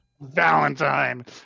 Valentine